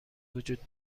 وجود